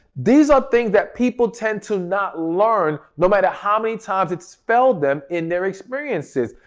these are things that people tend to not learn no matter how many times it's failed them in their experiences.